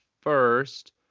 first